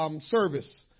service